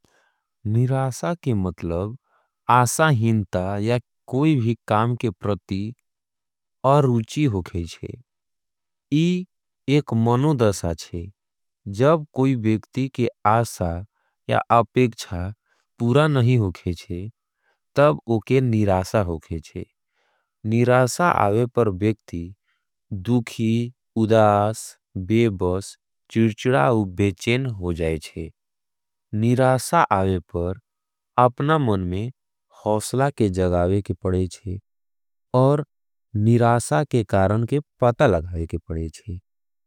निरासा के मतलब, आसाहिनता या कोई भी काम के प्रती अरूची होगेज़े। इव एक मनोदसा छे। जब कोई बेक्ती के आसा या अपेक्छा पूरा नहीं होगेज़े, तब वो के निरासा होगेज़े। निराशा आवेपर बेक ती दूखी, उदास, बेबास, चिरचडा अवव बेचेन हो जायें छे निराशा आवेपर अपना मन में होसला के जगावेके पड़े चे और निराशा के कारण के पता लगायके पड़े चे।